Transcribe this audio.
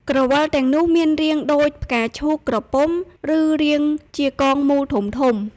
ក្រវិលទាំងនោះមានរាងដូចផ្កាឈូកក្រពុំ ឬរាងជាកងមូលធំៗ។